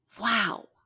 Wow